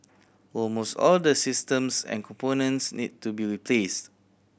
almost all the systems and components need to be replaced